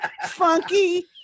funky